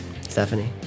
stephanie